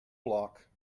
block